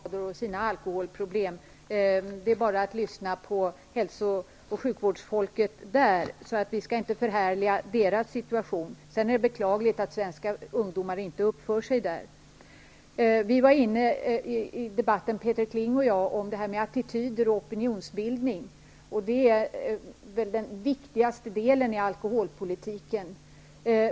Herr talman! Danskarna har också sina alkoholskador och sina alkoholproblem -- det är bara att lyssna på hälso och sjukvårdsfolket där. Vi skall inte förhärliga deras situation. Sedan är det beklagligt att svenska ungdomar inte uppför sig i Peter Kling och jag var i vår debatt inne på attityder och opinionsbildning, och det är den viktigaste delen av alkoholpolitiken.